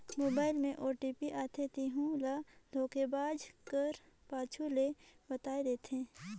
mobile में OTP आथे तेहू ल धोखेबाज कर पूछे ले बताए देथे